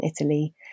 Italy